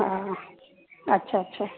हा अच्छा अच्छा